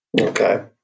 Okay